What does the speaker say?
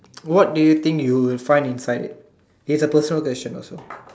what do you think you will find inside it it's a personal question also